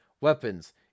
Weapons